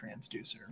transducer